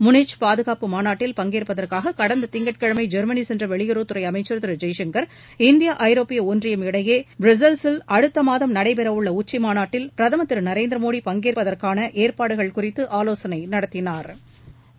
Munich பாதுகாப்பு மாநாட்டில் பங்கேற்பதற்காக கடந்த திங்கட்கிழமை ஜொ்மனி சென்ற வெளியுறவுத்துறை அமைச்சர் திரு ஜெய்சங்கர் இந்தியா ஐரோப்பிய ஒன்றியம் இடையே புரூசெல்ஸில் அடுத்த மாதம் நடைபெறவுள்ள உச்சிமாநாட்டில் பிரதம் திரு நரேந்திர மோடி பங்கேற்கவுள்ளதற்கான ஏற்பாடுகள் குறித்து ஆலோசனை நடத்தினாா்